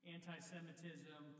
anti-semitism